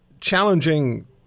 challenging